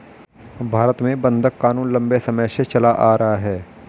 भारत में बंधक क़ानून लम्बे समय से चला आ रहा है